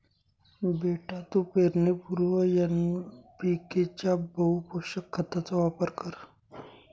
बेटा तू पेरणीपूर्वी एन.पी.के च्या बहुपोषक खताचा वापर कर